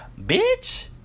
bitch